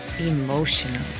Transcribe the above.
Emotional